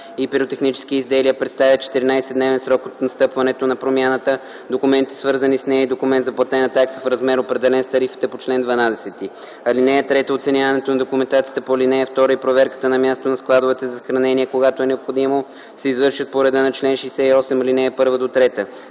и пиротехнически изделия, представя в 14-дневен срок от настъпването на промяната документите, свързани с нея, и документ за платена такса в размер, определен с тарифата по чл. 12. (3) Оценяването на документацията по ал. 2 и проверката на място на складовете за съхранение, когато е необходимо, се извършват по реда на чл. 68, ал. 1-3.